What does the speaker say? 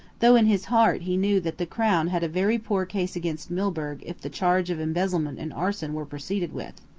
though in his heart he knew that the crown had a very poor case against milburgh if the charge of embezzlement and arson were proceeded with.